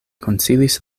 konsilis